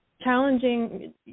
challenging